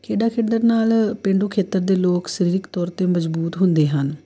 ਖੇਡਾਂ ਖੇਡਣ ਨਾਲ ਪੇਂਡੂ ਖੇਤਰ ਦੇ ਲੋਕ ਸਰੀਰਕ ਤੌਰ 'ਤੇ ਮਜਬੂਤ ਹੁੰਦੇ ਹਨ